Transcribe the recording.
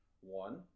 One